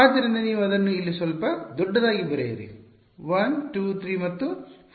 ಆದ್ದರಿಂದ ನೀವು ಅದನ್ನು ಇಲ್ಲಿ ಸ್ವಲ್ಪ ದೊಡ್ಡದಾಗಿ ಬರೆಯಿರಿ 1 2 3 ಮತ್ತು 4